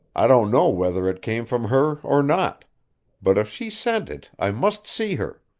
i don't know whether it came from her, or not but if she sent it i must see her.